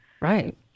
Right